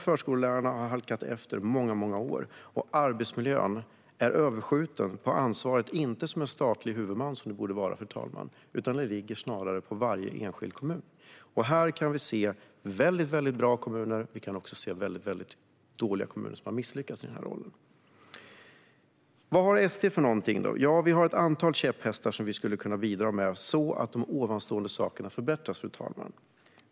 Förskollärarnas löner har halkat efter under många år, och ansvaret för arbetsmiljön har inte skjutits över till en statlig huvudman, som det borde vara, utan det ligger snarare på varje enskild kommun. Här kan vi se väldigt bra kommuner men också kommuner som har misslyckats i den här rollen. Fru talman! Vad har då SD för förslag? Jo, vi har ett antal käpphästar som vi skulle kunna bidra med så att det jag tagit upp förbättras.